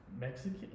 Mexican